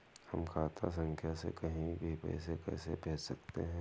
हम खाता संख्या से कहीं भी पैसे कैसे भेज सकते हैं?